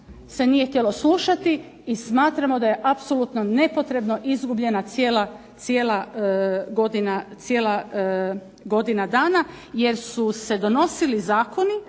se nije htjelo slušati i smatramo da je apsolutno nepotrebno izgubljena cijela godina dana, jer su se donosili zakoni